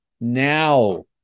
now